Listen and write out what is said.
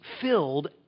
filled